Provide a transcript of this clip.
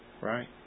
Right